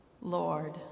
Lord